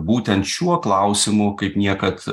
būtent šiuo klausimu kaip niekad